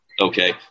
okay